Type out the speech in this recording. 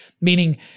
meaning